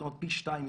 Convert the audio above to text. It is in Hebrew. זאת אומרת פי 2 יותר.